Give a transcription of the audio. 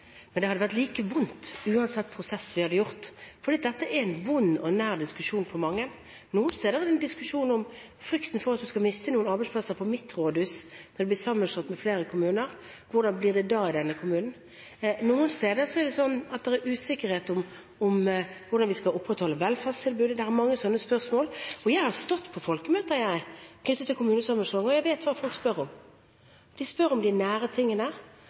hadde vært like vondt, uansett hva slags prosess vi hadde valgt, fordi dette er en vond og nær diskusjon for mange. Nå er det en diskusjon om frykten for at man skal miste noen arbeidsplasser på sitt rådhus. Når flere kommuner blir sammenslått, hvordan blir det da i denne kommunen? Noen steder er det usikkerhet om hvordan vi skal opprettholde velferdstilbudet – det er mange sånne spørsmål. Jeg har stått på folkemøter knyttet til kommunesammenslåing, og jeg vet hva folk spør om. De spør om de nære tingene,